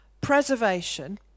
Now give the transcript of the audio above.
preservation